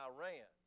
Iran